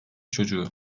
çocuğu